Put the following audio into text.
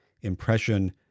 impression